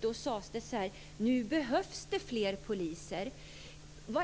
Det sades att det nu behövs fler poliser. Vi